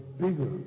bigger